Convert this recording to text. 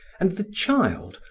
and the child,